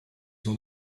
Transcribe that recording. sont